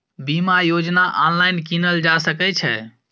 बीमा योजना ऑनलाइन कीनल जा सकै छै?